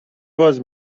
باز